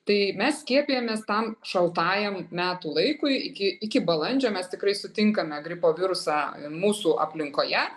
tai mes skiepijamės tam šaltajam metų laikui iki iki balandžio mes tikrai sutinkame gripo virusą mūsų aplinkoje